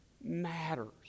matters